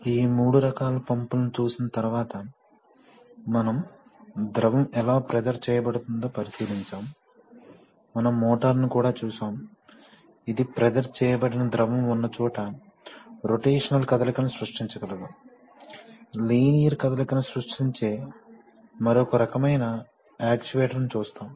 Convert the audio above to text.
కాబట్టి ఈ మూడు రకాల పంపులను చూసిన తరువాత మనం ద్రవం ఎలా ప్రెషర్ చేయబడుతుందో పరిశీలించాము మనం మోటారును కూడా చూశాము ఇది ప్రెషర్ చేయబడిన ద్రవం ఉన్న చోట రొటేషనల్ కదలికను సృష్టించగలదు లీనియర్ కదలికను సృష్టించే మరొక రకమైన యాక్యుయేటర్ ను చూస్తాము